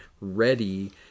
ready